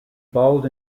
bald